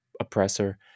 oppressor